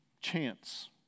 chance